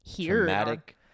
traumatic